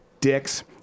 dicks